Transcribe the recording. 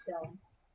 stones